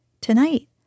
Tonight